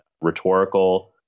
rhetorical